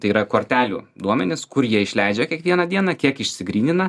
tai yra kortelių duomenis kur jie išleidžia kiekvieną dieną kiek išsigrynina